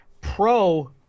pro